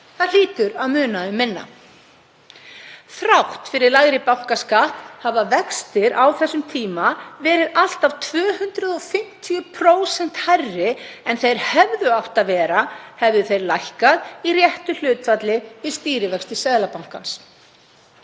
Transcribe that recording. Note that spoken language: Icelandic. Það hlýtur að muna um minna. Þrátt fyrir lægri bankaskatt hafa vextir á þeim tíma verið allt að 250% hærri en þeir hefðu átt að vera, hefðu þeir lækkað í réttu hlutfalli við stýrivexti Seðlabankans.